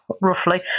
roughly